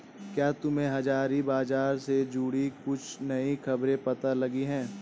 क्या तुम्हें हाजिर बाजार से जुड़ी कुछ नई खबरें पता लगी हैं?